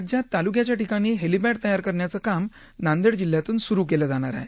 राज्यात तालुक्याच्या ठिकाणी हेलीपॅड तयार करण्याचं काम नांदेड जिल्ह्यातून सुरु केलं जाणार आहे